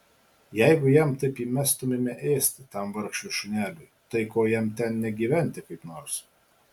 jeigu jam taip įmestumėme ėsti tam vargšui šuneliui tai ko jam ten negyventi kaip nors